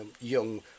young